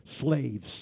slaves